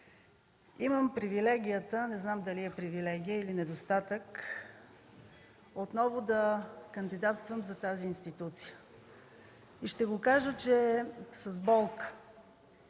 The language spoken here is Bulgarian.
имам привилегията – не знам дали е привилегия или недостатък, отново да кандидатствам за тази институция. Ще кажа, че с болка